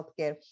healthcare